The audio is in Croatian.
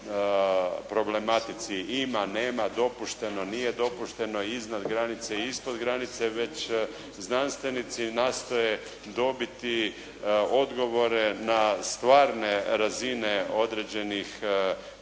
ima, nema, dopušteno, nije dopušteno, iznad granice, ispod granice, već znanstvenici nastoje dobiti odgovore na stvarne razine određene